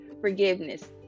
forgiveness